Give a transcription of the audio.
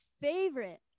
favorite